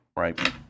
Right